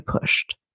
pushed